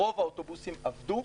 רוב האוטובוסים עבדו.